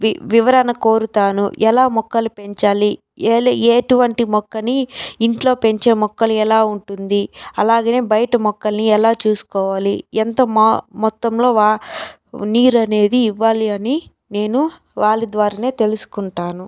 వి వివరణ కోరుతాను ఎలా మొక్కలు పెంచాలి ఎ ఎటువంటి మొక్కని ఇంట్లో పెంచే మొక్కలు ఎలా ఉంటుంది అలాగే బయట మొక్కల్ని ఎలా చూసుకోవాలి ఎంత మొత్తంలో వా నీరనేది ఇవ్వాలి అని నేను వాళ్ళ ద్వారానే తెలుసుకుంటాను